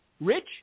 rich